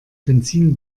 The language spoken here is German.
benzin